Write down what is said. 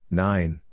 nine